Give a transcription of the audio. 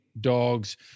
dogs